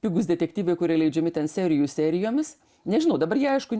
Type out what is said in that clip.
pigūs detektyvai kurie leidžiami ten serijų serijomis nežinau dabar jie aišku